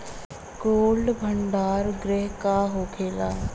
Cold भण्डार गृह का होखेला?